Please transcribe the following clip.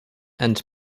and